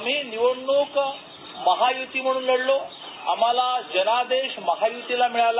आम्ही निवडणूक महाय्ती म्हणून लढलो आम्हाला जनादेश महाय्तीला मिळाला